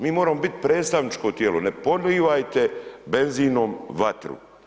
Mi moramo biti predstavničko tijelo, ne podlijevajte benzinom vatru.